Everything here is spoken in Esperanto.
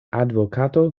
advokato